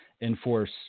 enforce